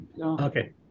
Okay